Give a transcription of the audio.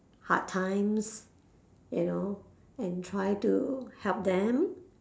hard times you know and try to help them